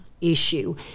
issue